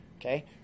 okay